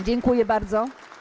Dziękuję bardzo.